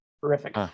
horrific